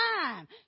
time